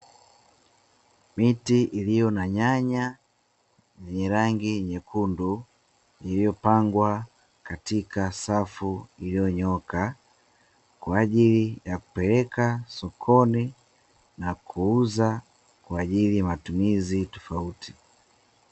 Miti iliyo na nyanya zenye rangi nyekundu, iliyopangwa katika safu iliyonyooka kwa ajili ya kupeleka sokoni, na kuuza kwa ajili ya matumizi tofauti.